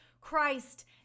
Christ